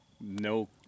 No